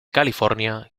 california